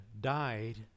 died